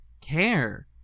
care